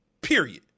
Period